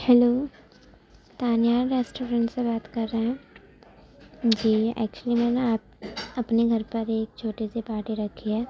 hello Danial restaurant سے بات کر رہے ہیں جی ایکچولی میں نے اپنے گھر پر ایک چھوٹی سی پارٹی رکھی ہے